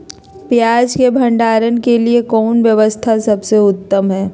पियाज़ के भंडारण के लिए कौन व्यवस्था सबसे उत्तम है?